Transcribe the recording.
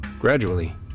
Gradually